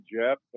Jeff